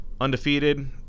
Undefeated